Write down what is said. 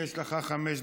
יש לך חמש דקות.